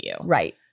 Right